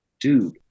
dude